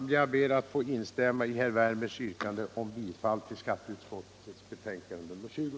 Jag ber att få instämma i herr Wärnbergs yrkande om bifall till skatteutskottets hemställan i dess betänkande nr 20.